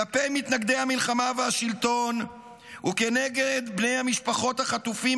כלפי מתנגדי המלחמה והשלטון וכנגד בני משפחות החטופים